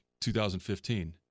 2015